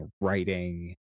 writing